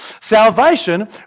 Salvation